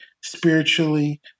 spiritually